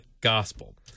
gospel